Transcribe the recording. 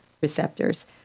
receptors